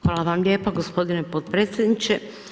Hvala vam lijepa gospodine potpredsjedniče.